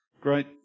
great